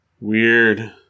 Weird